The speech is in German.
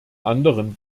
anderem